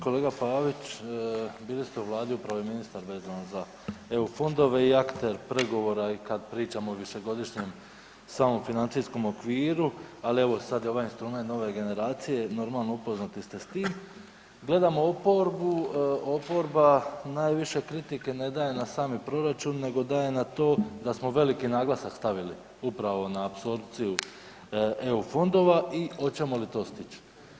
Kolega Pavić, bili ste u vladi upravo i ministar vezano za EU fondove i akte pregovora i kad pričamo o višegodišnjem samom financijskom okviru, ali evo sad je ovaj instrument Nove generacije, normalno upoznati ste s tim, gledamo oporbu, oporba najviše kritike ne daje na sami proračun nego daje na to da smo veliki naglasak stavili upravo na apsorpciju EU fondova i oćemo li to stić?